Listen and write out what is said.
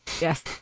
Yes